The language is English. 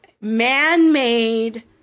man-made